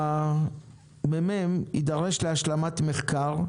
ה-ממ"מ יידרש להשלמת מחקר,